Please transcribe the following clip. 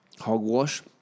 hogwash